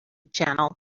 channel